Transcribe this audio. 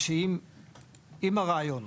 זה שאם הרעיון,